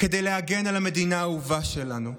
כדי להגן על המדינה האהובה שלנו.